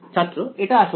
ছাত্র এটা আসলে